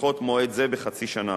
לדחות מועד זה בחצי שנה.